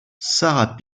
sarah